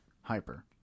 hyper